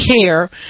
care